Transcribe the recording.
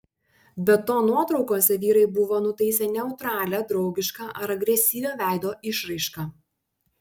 be to nuotraukose vyrai buvo nutaisę neutralią draugišką ar agresyvią veido išraišką